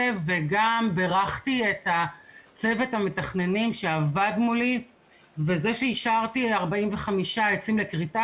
וגם בירכתי את צוות המתכננים שעבד מולי וזה שאישרתי 45 עצים לכריתה